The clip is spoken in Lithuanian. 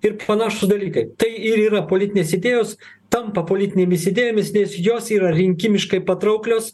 ir panašūs dalykai tai ir yra politinės idėjos tampa politinėmis idėjomis nes jos yra rinkimiškai patrauklios